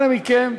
אנא מכם,